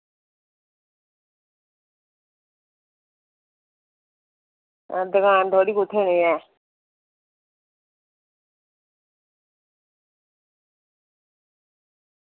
हां दुकान थोह्ड़ी कुत्थै निं हे